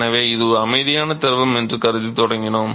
எனவே இது ஒரு அமைதியான திரவம் என்று கருதி தொடங்கினோம்